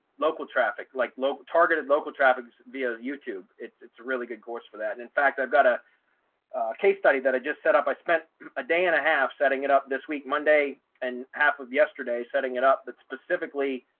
local traffic like low targeted local traffic via youtube, it's a really good course for that. and in fact, i've got a case study that i just set up i spent a day and a half setting it up this week, monday and half of yesterday setting it up. but specifically,